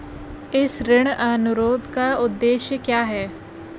इस ऋण अनुरोध का उद्देश्य क्या है?